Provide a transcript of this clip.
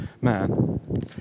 man